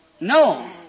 No